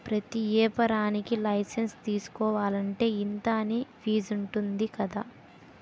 ప్రతి ఏపారానికీ లైసెన్సు తీసుకోలంటే, ఇంతా అని ఫీజుంటది కదా